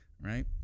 right